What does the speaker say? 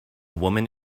woman